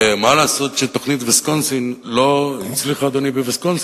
לא הצליחה, אדוני, בוויסקונסין.